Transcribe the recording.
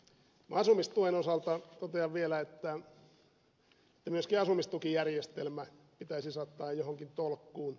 asumistuen osalta totean vielä että myöskin asumistukijärjestelmä pitäisi saattaa johonkin tolkkuun